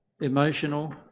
emotional